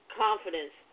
confidence